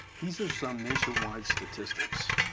these are some nationwide statistics,